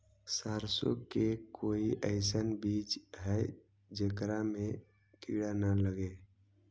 सरसों के कोई एइसन बिज है जेकरा में किड़ा न लगे?